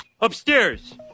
upstairs